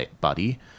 buddy